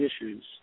issues